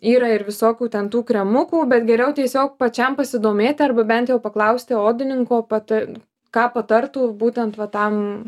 yra ir visokių ten tų kremukų bet geriau tiesiog pačiam pasidomėti arba bent jau paklausti odininko pata ką patartų būtent va tam